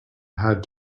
had